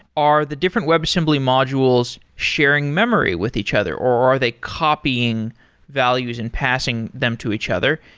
are the different webassembly modules sharing memory with each other or are they copying values and passing them to each other?